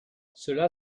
cela